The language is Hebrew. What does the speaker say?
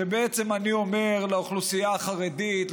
כשבעצם אני אומר לאוכלוסייה החרדית,